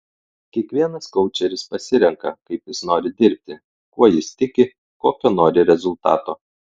kiekvienas koučeris pasirenka kaip jis nori dirbti kuo jis tiki kokio nori rezultato